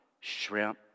shrimp